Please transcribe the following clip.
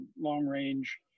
long-range